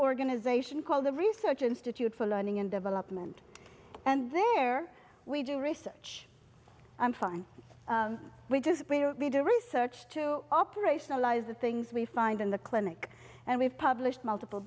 organization called the research institute for learning and development and there we do research i'm fine we just need to research to operationalize the things we find in the clinic and we've published multiple